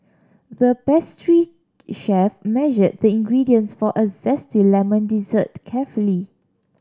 the pastry chef measured the ingredients for a zesty lemon dessert carefully